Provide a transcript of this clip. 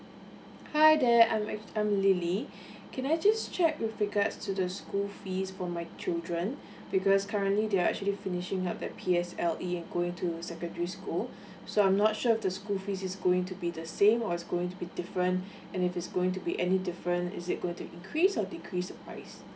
hi there I'm act~ I'm lily can I just check with regard to the school fees for my children because currently they are actually finishing up their P_S_L_E and going to secondary school so I'm not sure if the school fees is going to be the same or is going to be different and if it's going to be any different is it going to increase or decrease the price